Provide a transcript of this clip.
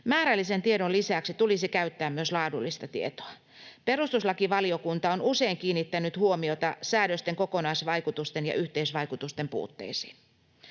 Määrällisen tiedon lisäksi tulisi käyttää myös laadullista tietoa. Perustuslakivaliokunta on usein kiinnittänyt huomiota säädösten kokonaisvaikutusten ja yhteisvaikutusten puutteisiin.